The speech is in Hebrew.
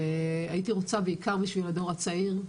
והייתי רוצה בעיקר בשביל הדור הצעיר,